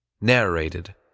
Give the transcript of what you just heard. Narrated